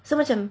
so macam